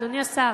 אדוני השר,